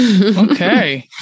Okay